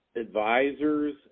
advisors